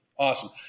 Awesome